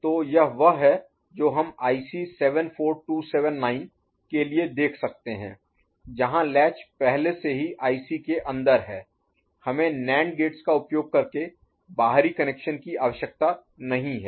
तो यह वह है जो हम IC 74279 के लिए देख सकते हैं जहां लैच पहले से ही IC के अंदर है हमें NAND गेट्स का उपयोग करके बाहरी कनेक्शन की आवश्यकता नहीं है